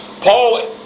Paul